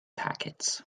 packets